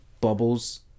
bubbles